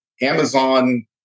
Amazon